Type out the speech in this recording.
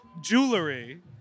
jewelry